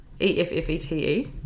E-F-F-E-T-E